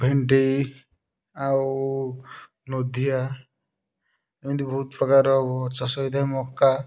ଭେଣ୍ଡି ଆଉ ନୋଧିଆ ଏମତି ବହୁତ ପ୍ରକାରର ଚାଷ ହୋଇଥାଏ ମକା